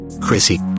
Chrissy